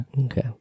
okay